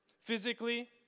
physically